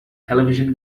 television